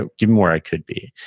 ah given where i could be?